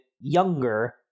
younger